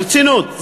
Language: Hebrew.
ברצינות.